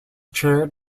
chaired